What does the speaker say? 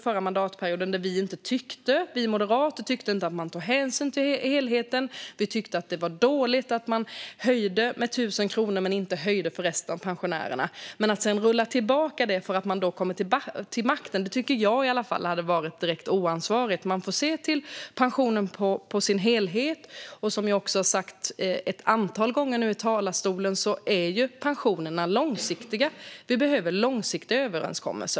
Förra mandatperioden gick det igenom ett förslag som vi moderater menade inte tog hänsyn till helheten och som var dåligt eftersom det höjde pensionen för vissa pensionärer men inte för resten. Men att rulla tillbaka det när man kommer till makten hade varit direkt oansvarigt. Man måste se till pensionen som helhet. Som jag sagt ett antal gånger i talarstolen är pensionerna långsiktiga, och därför behöver vi långsiktiga överenskommelser.